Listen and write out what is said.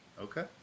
Okay